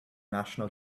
national